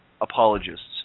apologists